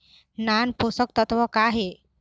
नान पोषकतत्व का हे?